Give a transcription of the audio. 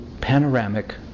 panoramic